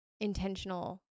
intentional